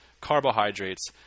carbohydrates